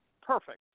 perfect